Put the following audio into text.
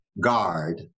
guard